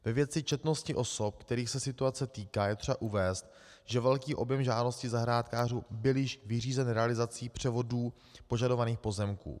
Ve věci četnosti osob, kterých se situace týká, je třeba uvést, že velký objem žádostí zahrádkářů byl již vyřízen realizací převodů požadovaných pozemků.